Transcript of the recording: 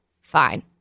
fine